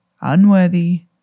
unworthy